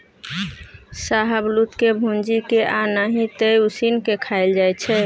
शाहबलुत के भूजि केँ आ नहि तए उसीन के खाएल जाइ छै